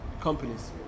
companies